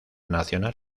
nacional